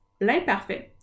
l'imparfait